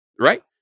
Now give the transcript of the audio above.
Right